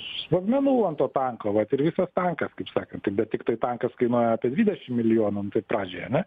sprogmenų ant to tanko vat ir visastankas kaip sakanttai bet tiktai takas kainuoja apie dvidešim milijonų nu tai pradžiai ane